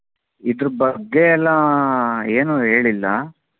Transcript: ಇದ್ರ ಬಗ್ಗೆ ಎಲ್ಲ ಏನೂ ಹೇಳಿಲ್ಲ